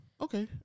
okay